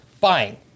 buying